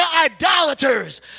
idolaters